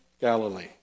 Galilee